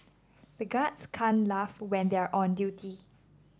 the guards can laugh when they are on duty